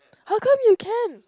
how come you can